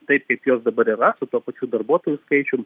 taip kaip jos dabar yra su tuo pačiu darbuotojų skaičium